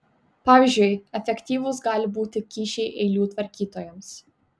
pavyzdžiui efektyvūs gali būti kyšiai eilių tvarkytojams